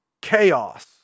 chaos